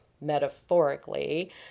metaphorically